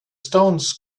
stones